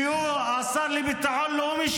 השר שלך לביטחון לאומי.